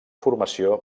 formació